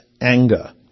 anger